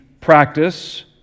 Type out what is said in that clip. practice